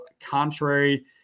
contrary